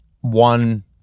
one